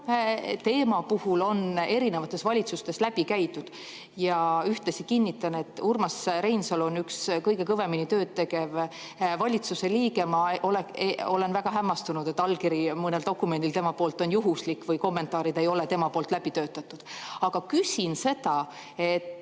teema puhul on erinevates valitsustes läbi käidud. Ühtlasi kinnitan, et Urmas Reinsalu oli üks kõige kõvemini tööd tegev valitsuse liige. Ma olen väga hämmastunud, kui tema allkiri mõnel dokumendil on juhuslik või kui kommentaarid ei ole tal läbi töötatud. Aga küsin seda.